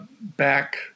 back